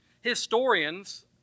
Historians